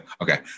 Okay